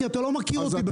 כי אתה לא מכיר אותי בכלל.